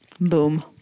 Boom